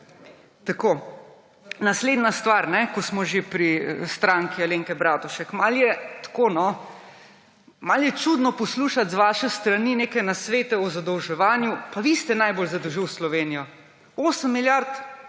Tako. Naslednja stvar, ko smo že pri Stranki Alenke Bratušek. Malo je je čudno poslušati z vaše strani neke nasvete o zadolževanju. Pa vi ste najbolj zadolžili Slovenijo! 8 milijard